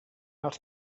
els